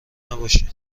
نباشین